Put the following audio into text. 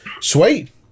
sweet